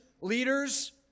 leaders